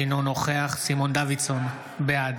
אינו נוכח סימון דוידסון, בעד